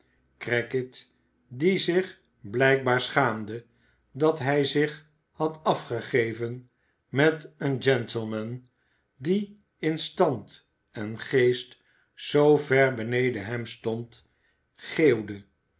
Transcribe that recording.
crackit die zich blijkbaar schaamde dat hij zich had afgegeven met een gentleman die in stand en geest zoo ver beneden hem stond geeuwde